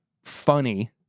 funny